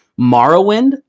Morrowind